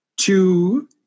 Two